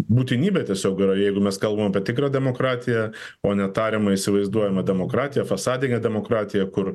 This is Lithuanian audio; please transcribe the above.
būtinybė tiesiog yra jeigu mes kalbam apie tikrą demokratiją o ne tariamą įsivaizduojamą demokratiją fasadinę demokratiją kur